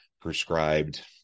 prescribed